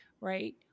right